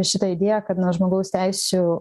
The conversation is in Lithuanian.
šitą idėją kad nuo žmogaus teisių